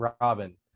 robin